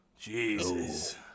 Jesus